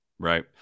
Right